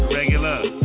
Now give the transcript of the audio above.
Regular